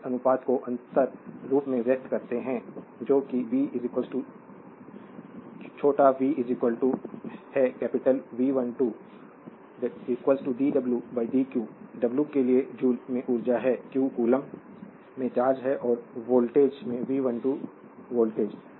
हम इस अनुपात को अंतर रूप में व्यक्त करते हैं जो कि b छोटा v है कैपिटल V12 प्रत्यय dw dq w के लिए जूल में ऊर्जा है q कोलोम्बस में चार्ज है और वोल्ट में V12 वोल्टेज